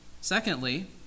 Secondly